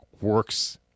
works